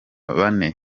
bane